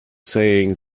saying